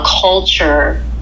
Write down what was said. culture